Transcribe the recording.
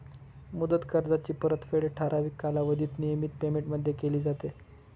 मुदत कर्जाची परतफेड ठराविक कालावधीत नियमित पेमेंटमध्ये केली जाते